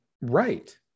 right